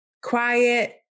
quiet